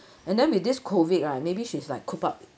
and then with this COVID right maybe she's like coop up